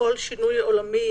כל שינוי עולמי,